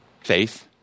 faith